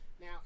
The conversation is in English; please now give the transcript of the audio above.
Now